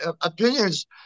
opinions